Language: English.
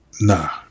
nah